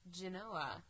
Genoa